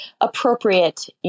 appropriate